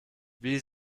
wie